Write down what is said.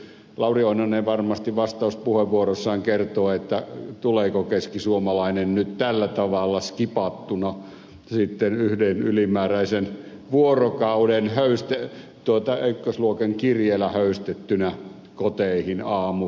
lauri oinonen varmasti vastauspuheenvuorossaan kertoo tuleeko keskisuomalainen nyt sitten tällä tavalla yhden ylimääräisen vuorokauden skipatulla ykkösluokan kirjeellä höystettynä koteihin aamuvarhaisella